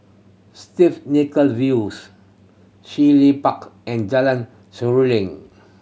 Stiff Nichola Views He Park and Jalan Seruling